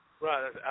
Right